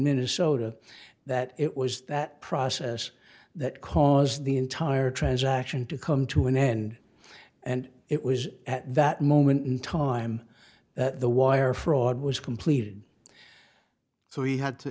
minnesota that it was that process that caused the entire transaction to come to an end and it was at that moment in time the wire fraud was completed so he had to